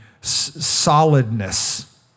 solidness